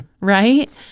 right